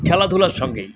খেলাধুলার সঙ্গেই